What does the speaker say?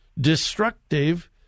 destructive